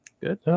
Good